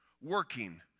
working